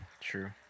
True